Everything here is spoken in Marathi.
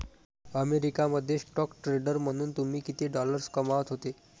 अमेरिका मध्ये स्टॉक ट्रेडर म्हणून तुम्ही किती डॉलर्स कमावत होते